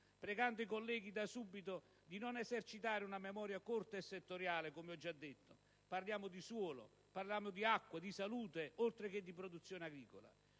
pregando i colleghi da subito di non esercitare una memoria corta e settoriale: come ho già detto, parliamo di suolo, di acqua, di salute, oltre che di produzione agricola.